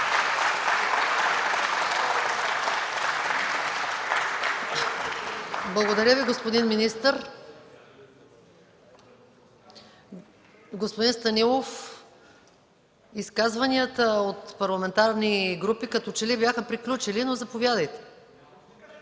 Благодаря Ви, господин министър. Господин Станилов, изказванията от парламентарни групи като че ли бяха приключили, но заповядайте.